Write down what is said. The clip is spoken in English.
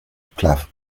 plough